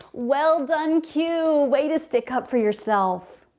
well done q! way to stick up for yourself.